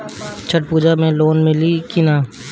छठ पूजा मे लोन मिली की ना?